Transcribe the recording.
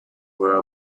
were